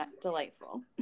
delightful